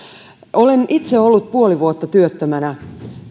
olen itse ollut puoli vuotta työttömänä